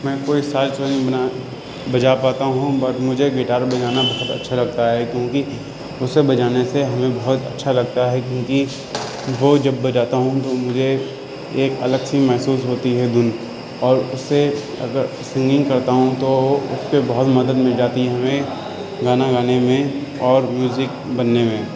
میں کوئی ساز تو نہیں بنا بجا پاتا ہوں بٹ مجھے گٹار بجانا بہت اچھا لگتا ہے کیونکہ اسے بجانے سے ہمیں بہت اچھا لگتا ہے کیونکہ وہ جب بجاتا ہوں تو مجھے ایک الگ سی محسوس ہوتی ہے دھن اور اس سے اگر سنگنگ کرتا ہوں تو اس پہ بہت مدد مل جاتی ہے ہمیں گانا گانے میں اور میوزک بننے میں